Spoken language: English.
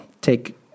take –